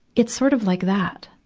it's sort of like that,